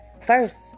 First